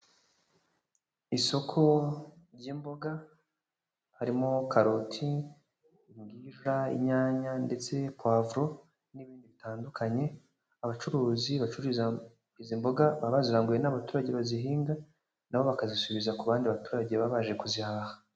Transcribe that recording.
Isoko ry'imboga harimo karoti, imbwija, inyanya ndetse puwavuro n'ibindi bitandukanye. Abacuruzi bacururiza izi mboga baba baziranguye n'abaturage bazihinga, na bo bakazisubiza ku bandi baturage, baba baje kuzihaha.